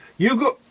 you go,